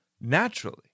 naturally